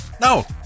No